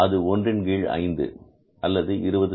அது ஒன்றின் கீழ் 5 அல்லது 20